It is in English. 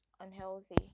unhealthy